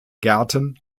gärten